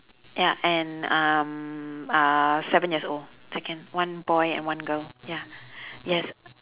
ya and um uh seven years old second one boy and one girl ya yes